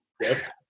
Yes